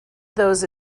those